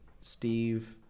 Steve